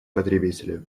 потребителя